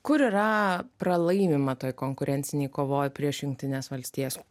kur yra pralaimima toj konkurencinėj kovoj prieš jungtines valstijas